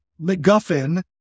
MacGuffin